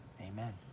Amen